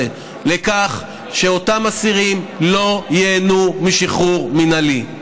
לכך שאותם אסירים לא ייהנו משחרור מינהלי.